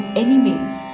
enemies